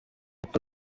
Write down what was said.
uko